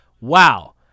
Wow